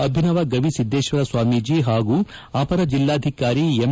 ಅಭಿನವ ಗವಿಸಿದ್ದೇಶ್ವರ ಸ್ವಾಮೀಜಿ ಹಾಗೂ ಅಪರ ಜಿಲ್ಲಾಧಿಕಾರಿ ಎಂ